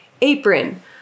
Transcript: apron